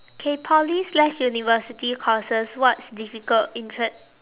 K Poly slash university courses what's difficult interest